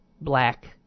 black